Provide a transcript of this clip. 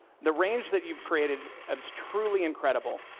the range that you've created um is truly incredible.